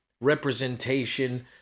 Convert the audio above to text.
representation